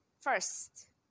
First